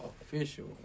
official